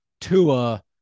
Tua